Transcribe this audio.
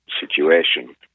situation